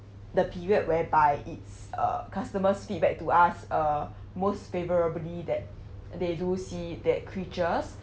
the period whereby it's uh customers' feedback to us uh most favourably that they do see that creatures